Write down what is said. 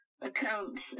accounts